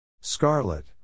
Scarlet